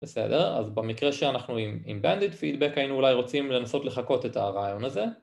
בסדר, אז במקרה שאנחנו עם bandit feedback היינו אולי רוצים לנסות לחכות את הרעיון הזה